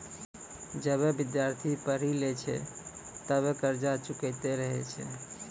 जबे विद्यार्थी पढ़ी लै छै तबे कर्जा चुकैतें रहै छै